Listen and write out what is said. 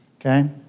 Okay